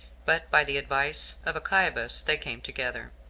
but, by the advice of achiabus, they came together,